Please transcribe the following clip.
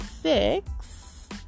six